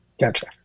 Gotcha